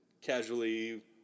casually